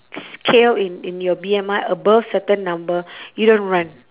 scale in in your B_M_I above certain number you don't run